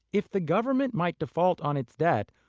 if the government might default on its debt,